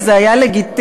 וזה היה לגיטימי.